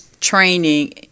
training